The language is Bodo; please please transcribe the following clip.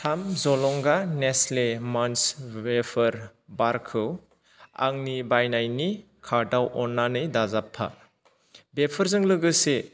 थाम जलंगा नेस्टले मान्च वेफार बार खौ आंनि बायनायनि कार्डाव अननानै दाजाबफा बेफोरजों लोगोसे